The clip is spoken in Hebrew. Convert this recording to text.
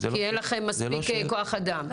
כי אין לכם מספיק כוח אדם.